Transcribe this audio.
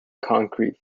concrete